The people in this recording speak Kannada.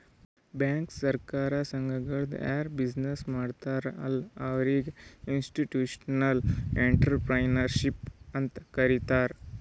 ಬ್ಯಾಂಕ್, ಸಹಕಾರ ಸಂಘಗಳದು ಯಾರ್ ಬಿಸಿನ್ನೆಸ್ ಮಾಡ್ತಾರ ಅಲ್ಲಾ ಅವ್ರಿಗ ಇನ್ಸ್ಟಿಟ್ಯೂಷನಲ್ ಇಂಟ್ರಪ್ರಿನರ್ಶಿಪ್ ಅಂತೆ ಕರಿತಾರ್